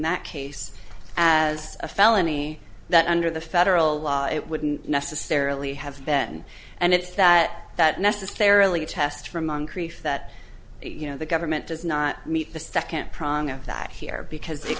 that case as a felony that under the federal law it wouldn't necessarily have ben and it's that that necessarily test for moncrief that you know the government does not meet the second prong of that here because they